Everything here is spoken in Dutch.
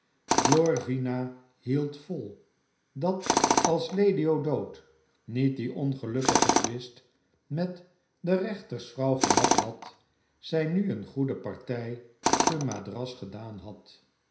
glorvina hield vol dat als lady o'dowd niet dien ongelukkigen twist met de rechtersvrouw gehad had zij nu een goede partij te madras gedaan had